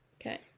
Okay